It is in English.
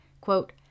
quote